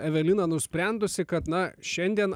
evelina nusprendusi kad na šiandien